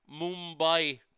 mumbai